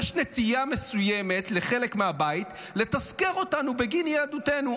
יש נטייה מסוימת לחלק מהבית לתזכר אותנו בגין יהדותנו.